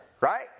Right